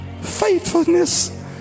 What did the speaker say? faithfulness